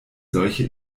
solche